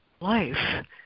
life